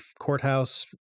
courthouse